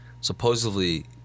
Supposedly